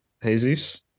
Hazes